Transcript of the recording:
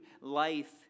life